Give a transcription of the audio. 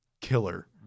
killer